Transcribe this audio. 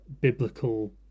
biblical